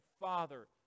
father